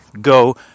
go